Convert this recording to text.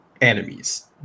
enemies